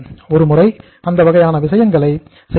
ஒரு முறை அந்த வகையான விஷயங்களை செய்யலாம்